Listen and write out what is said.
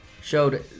showed